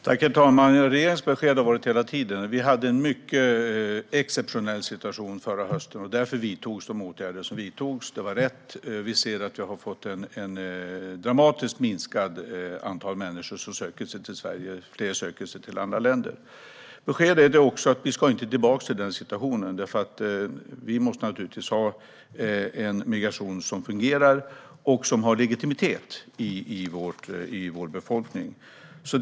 Herr talman! Regeringens besked har hela tiden varit att det var en mycket exceptionell situation förra hösten. Därför vidtogs de åtgärder som vidtogs. Det var riktigt. En dramatiskt minskad mängd människor söker sig till Sverige, och fler söker sig till andra länder. Beskedet är också att vi inte ska tillbaka till den situationen. Migrationen måste fungera i Sverige och ha legitimitet bland befolkningen.